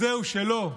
אז זהו, שלא.